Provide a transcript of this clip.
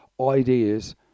ideas